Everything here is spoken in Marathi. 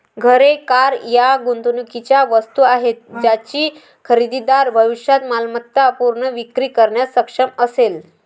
घरे, कार या गुंतवणुकीच्या वस्तू आहेत ज्याची खरेदीदार भविष्यात मालमत्ता पुनर्विक्री करण्यास सक्षम असेल